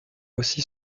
aussi